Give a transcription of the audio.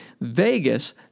Vegas